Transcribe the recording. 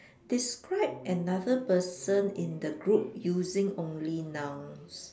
describe another person in the group using only nouns